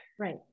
Right